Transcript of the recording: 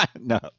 No